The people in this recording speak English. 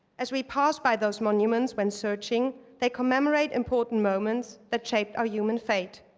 as we pass by those monuments when searching, they commemorate important moments that shaped our human fate,